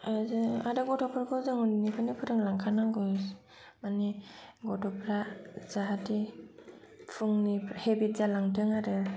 आरो जों गथ'फोरखौ जों बिदिनो फोरोंलांखानांगौ माने गथ'फ्रा जाहाथे फुंनि हेबित जालांथों आरो